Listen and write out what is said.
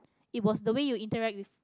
it was the way you interact with